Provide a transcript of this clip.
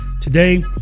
today